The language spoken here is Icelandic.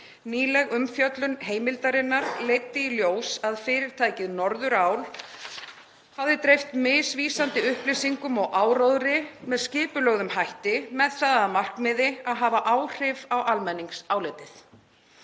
Nýleg umfjöllun Heimildarinnar leiddi í ljós að fyrirtækið Norðurál hafði dreift misvísandi upplýsingum og áróðri með skipulögðum hætti með það að markmiði að hafa áhrif á almenningsálitið.